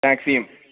ടാക്സീം